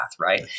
right